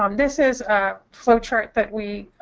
um this is a flowchart that we